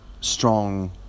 strong